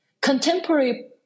contemporary